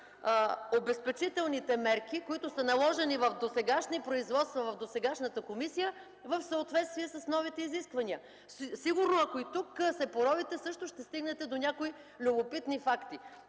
обезпечителните мерки, които са наложени в досегашни производства, в досегашната комисия в съответствие с новите изисквания. Сигурно и тук, ако се поровите, също ще стигнете до някои любопитни факти.